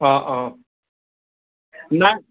অঁ অঁ না